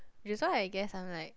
that's why I guess I'm like